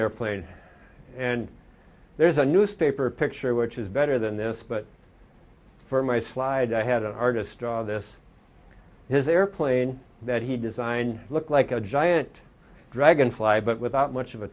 irplane and there's a newspaper picture which is better than this but for my slide i had an artist draw this his airplane that he designed looked like a giant dragon fly but without much of a